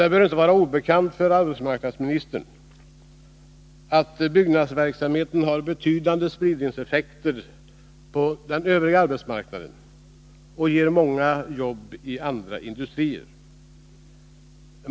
Det bör inte vara obekant för arbetsmarknadsministern att byggnadsverksamheten har betydande spridningseffekter på den övriga arbetsmarknaden och ger många jobb i andra industrier.